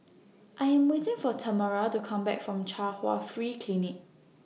I Am waiting For Tamera to Come Back from Chung Hwa Free Clinic